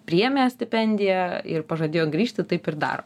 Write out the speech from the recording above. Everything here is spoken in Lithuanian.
priėmė stipendiją ir pažadėjo grįžti taip ir daro